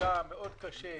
נפגע קשה מאוד